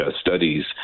studies